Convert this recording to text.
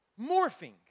Morphing